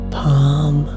palm